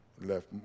left